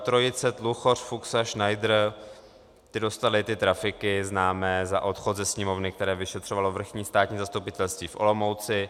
Trojice TluchořFuksaŠnajdr, ti dostali trafiky známé za odchod ze Sněmovny, které vyšetřovalo Vrchní státní zastupitelství v Olomouci.